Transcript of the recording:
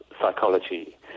psychology